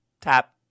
tap